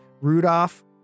Rudolph